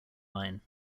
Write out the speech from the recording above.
line